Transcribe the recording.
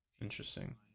Interesting